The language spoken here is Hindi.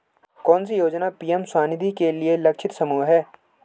कौन सी योजना पी.एम स्वानिधि के लिए लक्षित समूह है?